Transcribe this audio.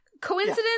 coincidence